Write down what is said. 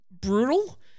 Brutal